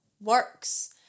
works